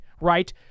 right